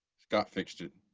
scott fixed it.